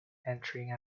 entering